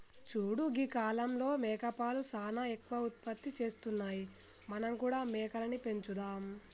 చూడు గీ కాలంలో మేకపాలు సానా ఎక్కువ ఉత్పత్తి చేస్తున్నాయి మనం కూడా మేకలని పెంచుదాం